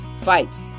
fight